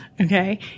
okay